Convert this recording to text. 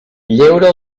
lleure